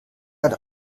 hat